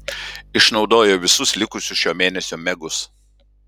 išnaudojau visus likusius šio mėnesio megus